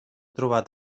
trobat